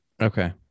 Okay